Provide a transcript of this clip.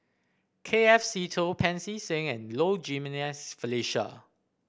K F Seetoh Pancy Seng and Low Jimenez Felicia